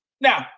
Now